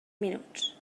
minuts